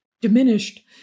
diminished